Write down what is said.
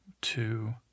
Two